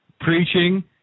preaching